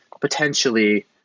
potentially